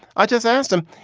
i just asked him,